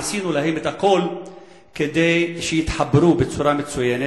עשינו את הכול כדי שיתחברו בצורה מצוינת.